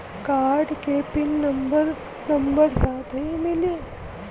Card के pin number number साथही मिला?